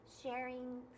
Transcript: sharing